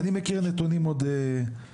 אני מכיר נתונים עוד פחותים.